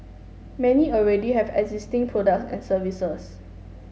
many already have existing product and services